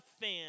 fan